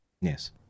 Yes